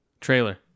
trailer